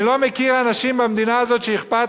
אני לא מכיר אנשים במדינה הזאת שאכפת